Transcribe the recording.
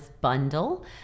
Bundle